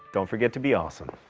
don't forget to be awesome.